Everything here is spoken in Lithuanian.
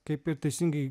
kaip ir teisingai